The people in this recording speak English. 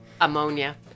ammonia